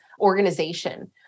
organization